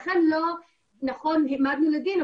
לכן נכון שלא העמדנו לדין,